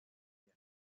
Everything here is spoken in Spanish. ella